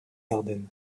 ardennes